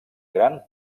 gran